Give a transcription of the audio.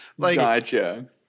Gotcha